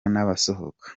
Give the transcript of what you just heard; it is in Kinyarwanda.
n’abasohoka